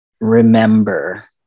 remember